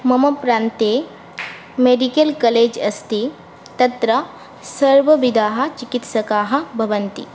मम प्रान्ते medical college अस्ति तत्र सर्वविधाः चिकित्सकाः भवन्ति